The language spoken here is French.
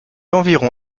environ